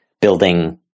building